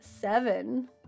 Seven